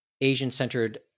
Asian-centered